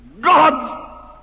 God's